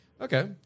Okay